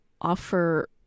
offer